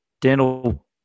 dental